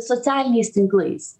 socialiniais tinklais